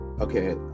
Okay